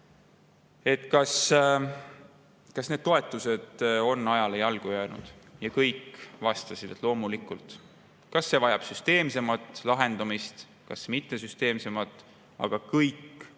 kas need toetused on ajale jalgu jäänud? Ja kõik vastasid, et loomulikult. Kas see vajab süsteemsemat lahendamist või mittesüsteemsemat? Kõigi